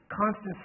constant